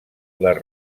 les